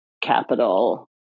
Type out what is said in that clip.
capital